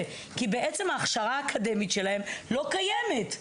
ההכשרה האקדמית שלהם לא קיימת.